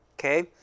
okay